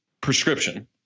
prescription